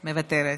מוותרת,